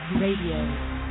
Radio